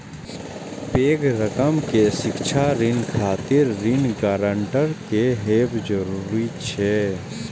पैघ रकम के शिक्षा ऋण खातिर ऋण गारंटर के हैब जरूरी छै